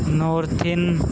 ਨੋਰਥਿਨ